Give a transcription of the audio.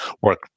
work